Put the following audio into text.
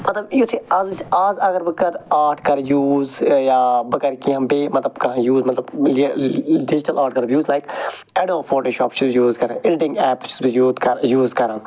مطلب یتھے آز أسۍ آز اگر بہِ کٔرِ آرٹ کٔرٕ یوٗز ٲں بہِ کٔرٕ کیٚنٛہہ بییٚہ مطلب یوٗز مطلب ڈِجٹل آرٹ کرٕ بہِ یوٗز لایک ایٚڈوب فوٹوشواپ چھِ أسۍ یوٗز کران ایٚڈِٹِنٛگ ایپٕس چھُس بہِ یوٗز کران